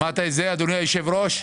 שמעת אדוני היושב-ראש?